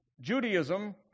Judaism